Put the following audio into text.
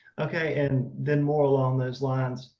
okay, and then more along those lines.